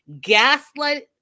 gaslight